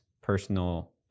personal